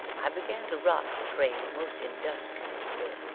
i began to rock the cradle most industriously,